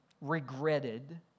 regretted